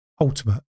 ultimate